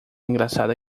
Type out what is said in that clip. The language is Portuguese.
engraçada